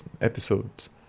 episodes